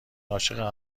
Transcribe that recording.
عاشق